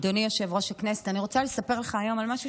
היא שנמשיך להחזיק מעמד על אדמתנו,